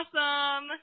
awesome